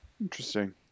Interesting